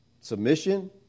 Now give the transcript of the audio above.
submission